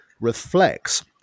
reflects